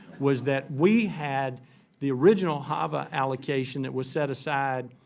was that we had the original hava allocation that was set aside,